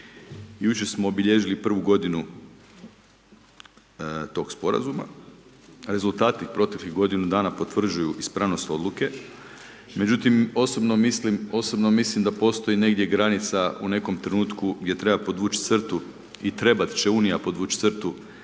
Jučer smo obilježili prvu godinu tog sporazuma, rezultati proteklih godinu dana potvrđuju ispravnost odluke, međutim, osobno mislim, osobno mislim da postoji negdje granica u nekom trenutku gdje treba podvući crtu i trebat će Unija podvući crtu